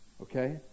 Okay